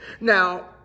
Now